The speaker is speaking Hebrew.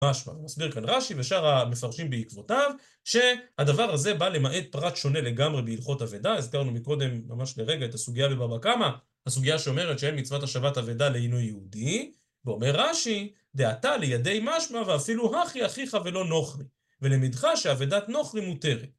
משמע, ומסביר כאן רש"י, ושאר המפרשים בעקבותיו שהדבר הזה בא למעט פרט שונה לגמרי בהלכות אבידה. הזכרנו מקודם, ממש לרגע, את הסוגיה בבבא קמא, הסוגיה שאומרת שאין מצוות השבת אבידה לאינו יהודי. ואומר רש"י, דעתה לידי משמע ואפילו אחי אחיך ולא נוכרי. ללמדך שאבידת נוכרי, מותרת.